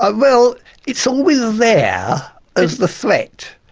ah well it's always there yeah as the threat.